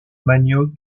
manioc